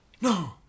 No